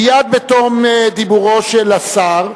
מייד בתום דיבורו של השר,